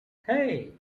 hey